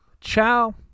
ciao